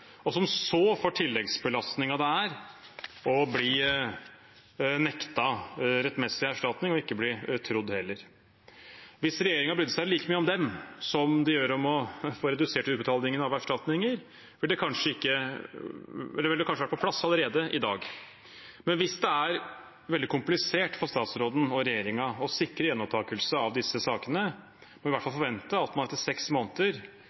og som så får tilleggsbelastningen det er å bli nektet rettmessig erstatning og ikke bli trodd heller. Hvis regjeringen brydde seg like mye om dem som de gjør om å få redusert utbetalingene av erstatninger, ville det kanskje vært på plass allerede i dag. Men hvis det er veldig komplisert for statsråden og regjeringen å sikre gjenopptakelse av disse sakene, bør vi i hvert fall forvente at man etter seks måneder